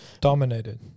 dominated